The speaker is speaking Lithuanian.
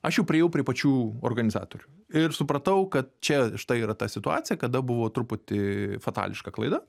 aš jau priėjau prie pačių organizatorių ir supratau kad čia štai yra ta situacija kada buvo truputį fatališka klaida